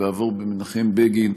ועבור במנחם בגין,